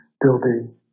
building